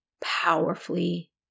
powerfully